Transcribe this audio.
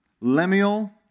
Lemuel